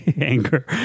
anger